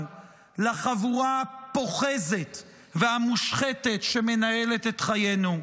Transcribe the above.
לחבורה הפוחזת והמושחתת שמנהלת את חיינו?